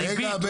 ריבית,